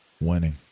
Winning